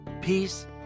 peace